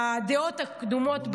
הדעות הקדומות,